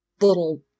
little